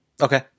Okay